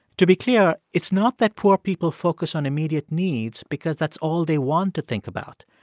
to be clear, it's not that poor people focus on immediate needs because that's all they want to think about.